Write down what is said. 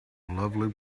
lovely